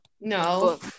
No